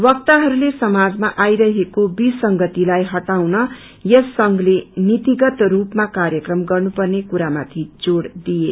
वक्ताहरूले समाजमा आइरहेको विसंगतिलाई इटाउन यस संघले नीतिगत स्रूपमा कार्यक्रम गर्नुपर्ने कुरामाथि जोड़ दिए